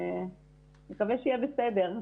ונקווה שיהיה בסדר.